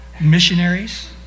missionaries